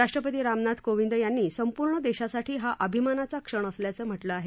राष्ट्रपती रामनाथ कोविंद यांनी संपूर्ण देशासाठी हा अभिमानाचा क्षण असल्याचं म्हटलं आहे